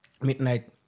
midnight